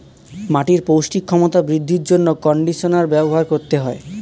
মাটির পৌষ্টিক ক্ষমতা বৃদ্ধির জন্য কন্ডিশনার ব্যবহার করতে হয়